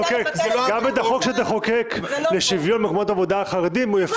גם את החוק שתחוקק לשוויון במקומות עבודה לחרדים הוא יפרש.